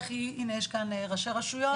הנה יש כאן ראשי רשויות,